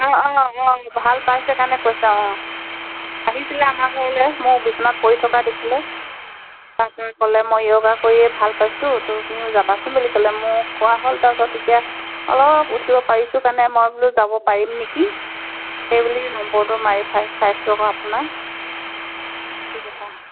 অঁ অঁ অঁ ভাল পাইছে কাৰণে কৈছে অঁ আহিছিলে আমাৰ ঘৰলৈ মোৰ বিছনাত পৰি থকা দেখিলে তাৰপিছত ক'লে মই য়োগা কৰিয়ে ভাল পাইছোঁ তুমিও যাবাচোন বুলি ক'লে মোক কোৱা হ'ল তাৰপিছত এতিয়া অলপ উঠিব পাৰিছোঁ কাৰণে মই বোলো যাব পাৰিম নেকি সেইবুলি নম্বৰটো মাৰি চাইছোঁ আকৌ আপোনাৰ সেইটো কথা